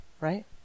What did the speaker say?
right